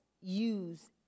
use